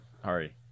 Hari